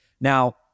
Now